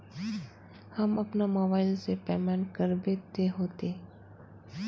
हम अपना मोबाईल से पेमेंट करबे ते होते?